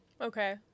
Okay